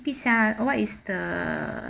bi xia what is the